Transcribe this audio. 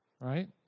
right